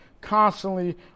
constantly